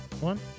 one